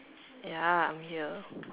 ya I'm here